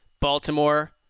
Baltimore